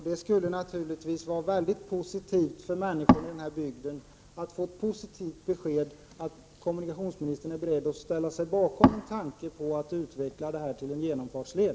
Det skulle naturligtvis vara väldigt positivt för människorna i dessa bygder att få ett besked från kommunikationsministern att han är beredd att ställa sig bakom tanken på att utveckla en ny genomfartsled.